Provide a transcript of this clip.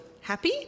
happy